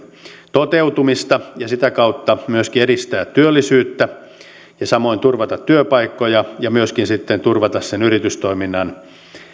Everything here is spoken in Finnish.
toteutumista ja sitä kautta myöskin edistää työllisyyttä ja samoin turvata työpaikkoja ja myöskin sitten turvata sen yritystoiminnan